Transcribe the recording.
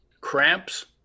cramps